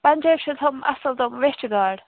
پنٛجٲبۍ چھےٚ تِم اَصٕل تِم ویٚچھٕ گاڈٕ